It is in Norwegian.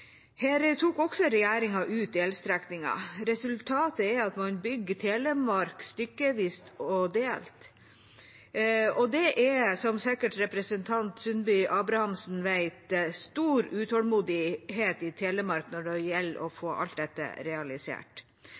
delt, og det er, som sikkert representanten Sundbø Abrahamsen vet, stor utålmodighet i Telemark når det gjelder å få alt dette realisert.